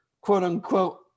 quote-unquote